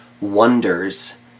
wonders